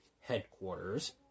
headquarters